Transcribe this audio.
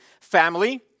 family